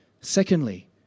Secondly